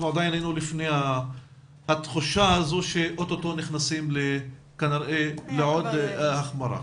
אנחנו עדיין היינו לפני התחושה הזו שאוטוטו כנראה נכנסים לעוד החמרה.